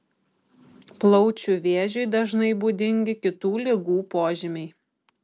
plaučių vėžiui dažnai būdingi kitų ligų požymiai